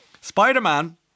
Spider-Man